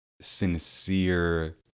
sincere